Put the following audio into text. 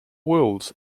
worlds